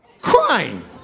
crying